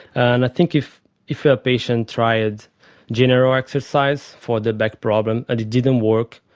and i think if if ah a patient tried general exercise for their back problem and it didn't work,